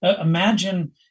Imagine